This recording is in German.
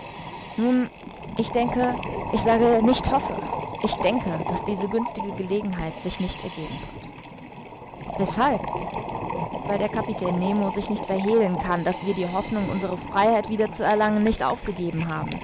nun ich denke ich sage nicht hoffe ich denke daß diese günstige gelegenheit sich nicht ergeben wird weshalb weil der kapitän nemo sich nicht verhehlen kann daß wir die hoffnung unsere freiheit wieder zu erlangen nicht aufgegeben haben